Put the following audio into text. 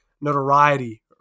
notoriety